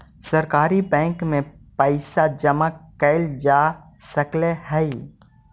सहकारी बैंक में पइसा जमा कैल जा सकऽ हइ